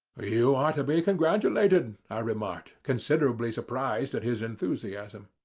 you are to be congratulated, i remarked, considerably surprised at his enthusiasm.